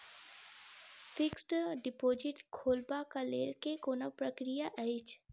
Fixed deposit खोलबाक लेल केँ कुन प्रक्रिया अछि?